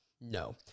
No